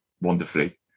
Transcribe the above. wonderfully